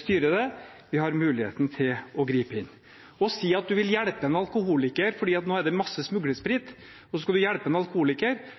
styre det, vi har muligheten til å gripe inn. Å si at man vil hjelpe en alkoholiker fordi det nå er masse smuglersprit, og så skal man hjelpe